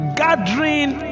gathering